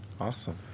Awesome